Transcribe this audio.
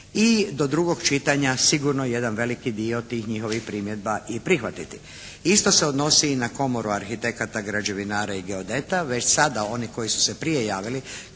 I do drugog čitanja sigurno jedan veliki dio tih njihovih primjedba i prihvatiti. Isto se odnosi i na Komoru arhitekata, građevinara i geodeta. Već sada oni koji su se prije javili